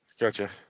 Gotcha